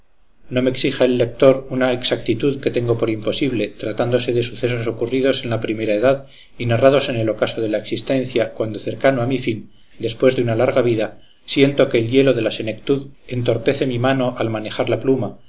no me exija el lector una exactitud que tengo por imposible tratándose de sucesos ocurridos en la primera edad y narrados en el ocaso de la existencia cuando cercano a mi fin después de una larga vida siento que el hielo de la senectud entorpece mi mano al manejar la pluma